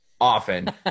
often